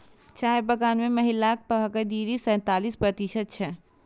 चाय बगान मे महिलाक भागीदारी सैंतालिस प्रतिशत छै